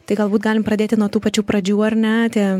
tai galbūt galim pradėti nuo tų pačių pradžių ar ne tie